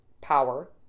power